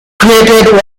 created